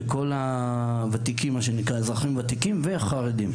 איפה שכל האזרחים הוותיקים והחרדים.